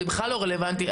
זה בכלל לא רלוונטי.